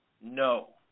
no